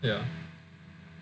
ya